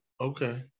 Okay